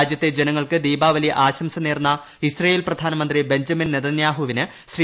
രാജ്യത്തെ ജനങ്ങൾക്ക് ദീപാവലി ആശംസ നേർന്ന ഇസ്രായേൽ പ്രധാനമന്ത്രി ബഞ്ചമിൻ നെതന്യാഹുവിന് ശ്രീ